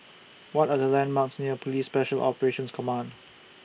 What Are The landmarks near Police Special Operations Command